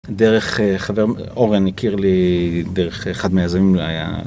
דרך חבר... אורן הכיר לי דרך אחד מהיזמים